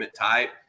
type